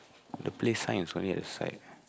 the play sign is only at the side